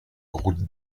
route